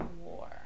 war